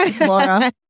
Laura